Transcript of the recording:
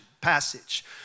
passage